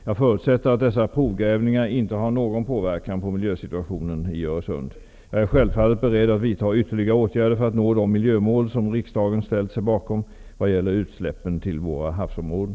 Jag förutsätter att dessa provgrävningar inte har någon påverkan på miljösituationen i Jag är självfallet beredd att vidta ytterligare åtgärder för att nå de miljömål som riksdagen ställt sig bakom vad gäller utsläppen till våra havsområden.